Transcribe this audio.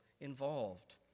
involved